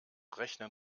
rechnen